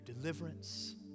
deliverance